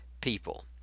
people